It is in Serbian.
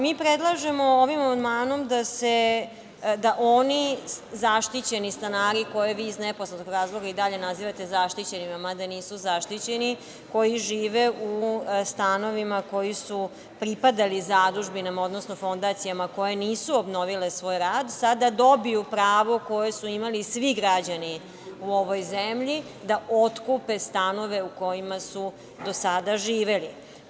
Mi predlažemo ovim amandmanom da oni zaštićeni stanari, koje vi iz nepoznatog razloga i dalje nazivate zaštićenima, mada nisu zaštićeni, koji žive u stanovima koji su pripadali zadužbinama, odnosno fondacijama koje nisu obnovile svoj rad, sada dobiju pravo koje su imali svi građani u ovoj zemlji, da otkupe stanove u kojima su do sada živeli.